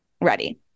ready